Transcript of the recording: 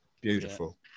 beautiful